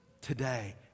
Today